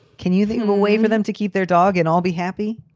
can you think of a way for them to keep their dog and all be happy?